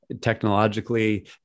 technologically